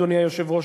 אדוני היושב-ראש,